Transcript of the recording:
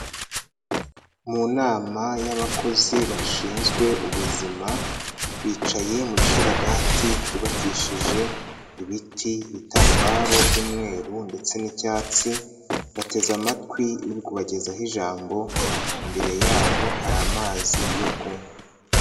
Mu nama y'abakozi bashinzwe ubuzima, bicaye mu gishararagati cyubakishije ibiti, bitambaro by'umweru ndetse n'icyatsi, bateze amatwi ibyo uri kubagezaho ijambo, imbere yabo hari amazi yo kunywa.